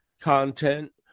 content